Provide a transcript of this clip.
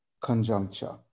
conjuncture